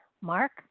Mark